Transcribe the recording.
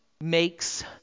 makes